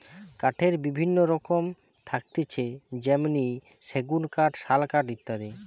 কাঠের বিভিন্ন রকম থাকতিছে যেমনি সেগুন কাঠ, শাল কাঠ ইত্যাদি